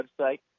website